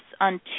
on